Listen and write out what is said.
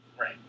Right